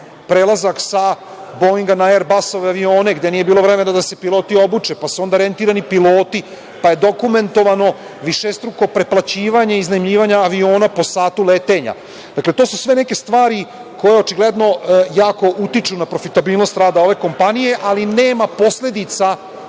prelazak sa "Boinga" na "Erbasove" avione, gde nije bilo vremena da se piloti obuče, pa su onda rentirani piloti, pa je dokumentovano višestruko preplaćivanje iznajmljivanja aviona po satu letenja. Dakle, to su sve neke stvari koje očigledno jako utiču na profitabilnost rada ove kompanije, ali nema posledica